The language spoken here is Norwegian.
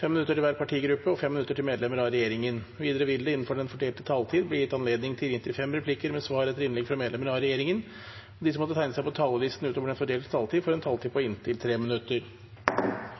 3 minutter til hver partigruppe og 3 minutter til medlemmer av regjeringen. Videre vil det – innenfor den fordelte taletid – bli gitt anledning til inntil seks replikker med svar etter innlegg fra medlemmer av regjeringen, og de som måtte tegne seg på talerlisten utover den fordelte taletid, får